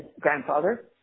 grandfather